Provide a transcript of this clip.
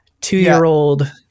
two-year-old